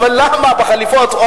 למה בחליפות?